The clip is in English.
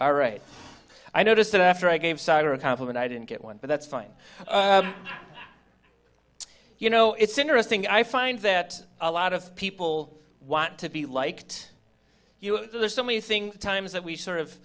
all right i noticed that after i gave cider a compliment i didn't get one but that's fine you know it's interesting i find that a lot of people want to be liked you know there's so many things times that we sort of